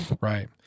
Right